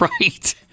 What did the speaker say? Right